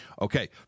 Okay